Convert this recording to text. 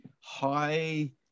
high